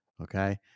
okay